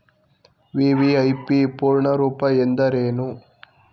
VVIP ಪೂರ್ಣ ರೂಪ ಎಂದರೇನು?